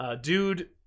Dude